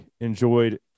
enjoyed